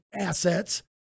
assets